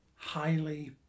highly